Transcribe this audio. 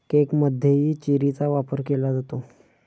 केकमध्येही चेरीचा वापर केला जातो